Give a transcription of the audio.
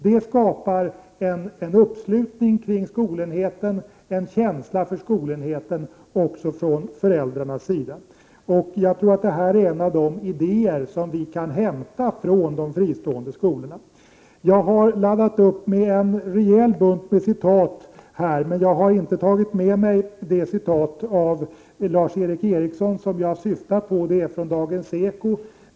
Detta skapar en uppslutning kring skolenheten och en känsla för skolenheten också från föräldrarnas sida. Jag tror att detta är en av de idéer som vi kan hämta från de fristående skolorna. Jag har laddat upp med en rejäl bunt med citat, men jag har inte tagit med mig det citat av Lars Eric Ericsson som jag syftar på. Det är från Dagens Eko.